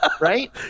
Right